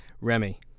Remy